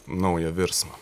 naują virsmą